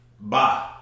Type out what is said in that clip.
Bye